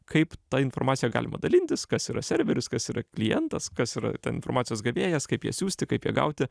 kaip ta informacija galima dalintis kas yra serveris kas yra klientas kas yra ten informacijos gavėjas kaip ją siųsti kaip ją gauti